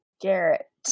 Garrett